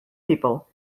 people